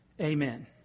Amen